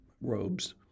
robes